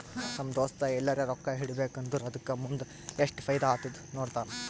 ನಮ್ ದೋಸ್ತ ಎಲ್ಲರೆ ರೊಕ್ಕಾ ಇಡಬೇಕ ಅಂದುರ್ ಅದುಕ್ಕ ಮುಂದ್ ಎಸ್ಟ್ ಫೈದಾ ಆತ್ತುದ ನೋಡ್ತಾನ್